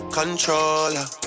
controller